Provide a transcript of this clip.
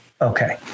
Okay